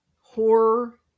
horror